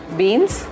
beans